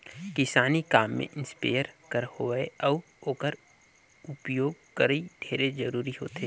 किसानी काम में इस्पेयर कर होवई अउ ओकर उपियोग करई ढेरे जरूरी होथे